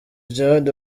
djihad